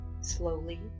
slowly